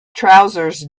trousers